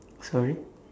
sorry